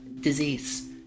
disease